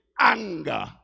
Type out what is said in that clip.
Anger